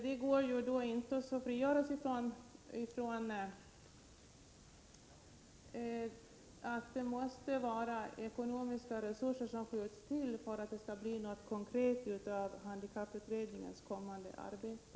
Det går då inte att frigöra sig från att ekonomiska resurser måste tillskjutas för att det skall bli något konkret av handikapputredningens kommande arbete.